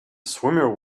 swimmer